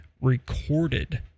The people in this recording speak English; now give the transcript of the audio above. recorded